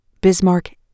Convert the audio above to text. Bismarck